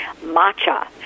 matcha